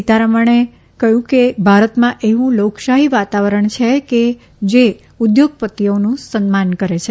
સીતારમણે કહ્યું કે ભારતમાં એવું લોકશાહી વાતાવરણ છે જે ઉદ્યોગપતિઓનું સન્માન કરે છે